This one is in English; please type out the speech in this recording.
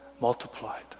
multiplied